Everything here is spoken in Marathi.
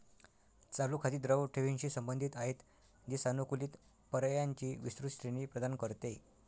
चालू खाती द्रव ठेवींशी संबंधित आहेत, जी सानुकूलित पर्यायांची विस्तृत श्रेणी प्रदान करते